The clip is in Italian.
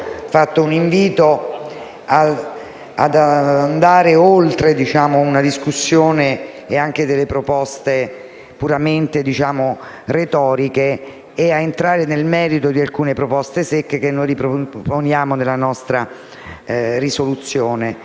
avanzato un invito ad andare oltre una discussione e delle proposte puramente retoriche e a entrare nel merito di alcune proposte secche, che avanziamo nella proposta di risoluzione